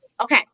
okay